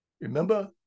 Remember